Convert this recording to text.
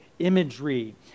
imagery